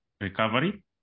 Recovery